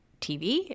TV